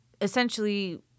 essentially